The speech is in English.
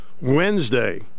Wednesday